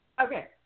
Okay